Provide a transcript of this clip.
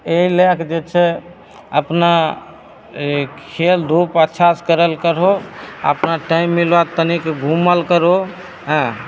एहि लैके जे छै अपना ई खेलधूप अच्छासे करैले करहो आओर अपना टाइम मिलऽ तनिक घुमल करहो हेँ